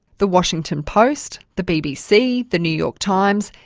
the washington post, the bbc, the new york times,